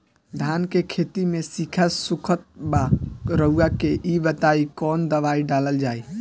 धान के खेती में सिक्का सुखत बा रउआ के ई बताईं कवन दवाइ डालल जाई?